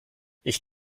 ich